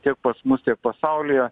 tiek pas mus tiek pasaulyje